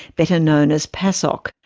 better known as pasok,